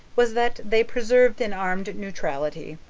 was that they preserved an armed neutrality.